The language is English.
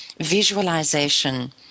visualization